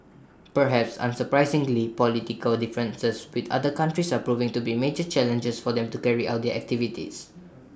perhaps unsurprisingly political differences with other countries are proving to be major challenges for them to carry out their activities